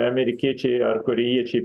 amerikiečiai ar korėjiečiai